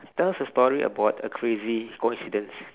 tell us a story about a crazy coincidence